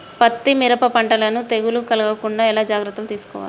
పత్తి మిరప పంటలను తెగులు కలగకుండా ఎలా జాగ్రత్తలు తీసుకోవాలి?